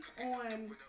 on